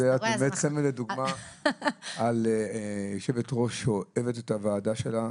את מהווה סמל ודוגמה ליושבת-ראש שאוהבת את הוועדה שלה.